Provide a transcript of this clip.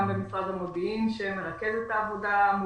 גם במשרד המודיעין שמרכז את העבודה מולנו,